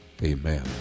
Amen